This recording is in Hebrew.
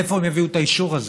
מאיפה הם יביאו את האישור הזה?